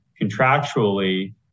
contractually